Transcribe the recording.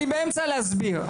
אני באמצע להסביר.